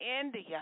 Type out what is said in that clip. India